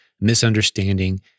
misunderstanding